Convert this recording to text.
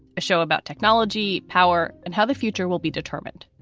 a show about technology, power and how the future will be determined.